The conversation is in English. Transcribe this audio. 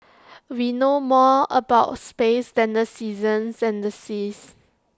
we know more about space than the seasons than the seas